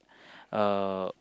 uh